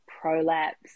prolapse